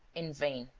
in vain.